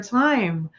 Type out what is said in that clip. time